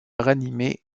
ranimer